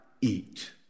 eat